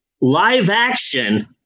live-action